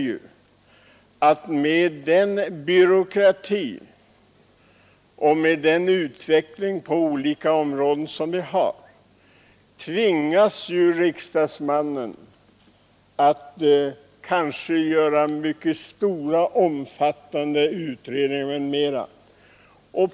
Och med den byråkrati och den utveckling vi har på olika områden tvingas riksdagsmannen ofta att själv göra stora och omfattande utredningar.